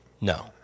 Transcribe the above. no